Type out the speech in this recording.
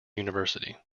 university